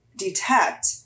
detect